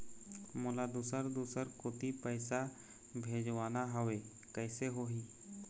मोला दुसर दूसर कोती पैसा भेजवाना हवे, कइसे होही?